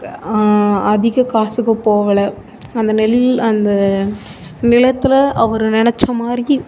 அதிக காசுக்கு போகல அந்த நெல் அந்த நிலத்தில் அவர் நினைச்ச மாதிரி